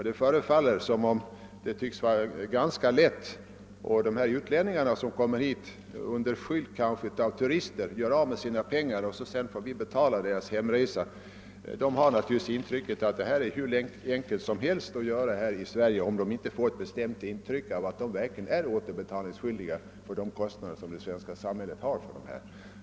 Det kommer många utlänningar hit till Sverige — kanske som turister — och gör av med sina pengar här. Sedan får vi betala deras hemresa. De får självfallet intrycket att det här i Sverige är hur enkelt som helst att få sådan hjälp, när de inte blir återbetalningsskyldiga för de kostnader som det svenska samhället har för dem.